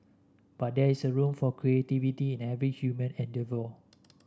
but there is a room for creativity in every human endeavour